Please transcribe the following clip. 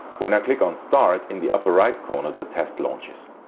when i click on start in the upper right corner the test launches.